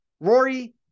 Rory